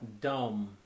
dumb